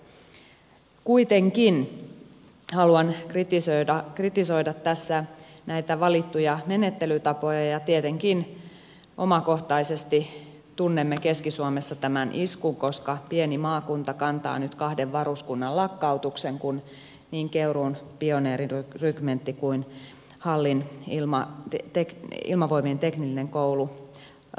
kuitenkin haluan kritisoida tässä näitä valittuja menettelytapoja ja tietenkin omakohtaisesti tunnemme keski suomessa tämän iskun koska pieni maakunta kantaa nyt kahden varuskunnan lakkautuksen kun niin keuruun pioneerirykmentti kuin hallin ilmavoimien teknillinen koulu lakkautetaan